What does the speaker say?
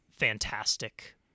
fantastic